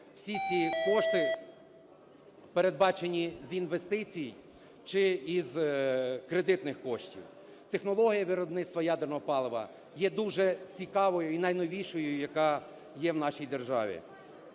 Всі ці кошти передбачені з інвестицій чи із кредитних коштів. Технологія виробництва ядерного палива є дуже цікавою і найновішою, яка є в нашій державі.